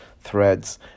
Threads